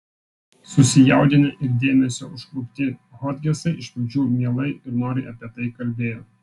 susijaudinę ir dėmesio užklupti hodgesai iš pradžių mielai ir noriai apie tai kalbėjo